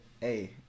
Hey